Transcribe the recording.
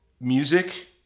music